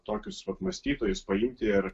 tokius vat mąstytojus paimti ir